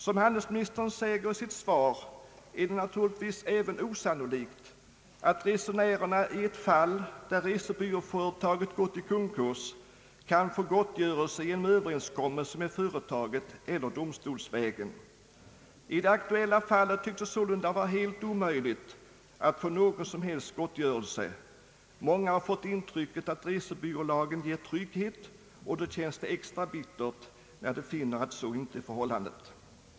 Som handelsministern säger i sitt svar är det naturligtvis osannolikt att resenärerna i ett fall där resebyråföretaget gått i konkurs kan få gottgörelse genom överenskommelse med företaget eller domstolsvägen. I det aktuella fallet tycks det sålunda vara helt omöjligt att få någon som helst gottgörelse. Många har fått intrycket satt resebyrålagen ger trygghet, och då känns det extra bittert, när de finner att så inte är förhållandet.